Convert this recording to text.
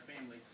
family